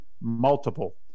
multiple